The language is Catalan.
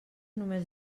només